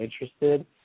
interested